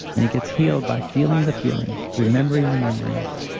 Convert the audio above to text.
and it gets healed by feeling the feelings, remembering the memories,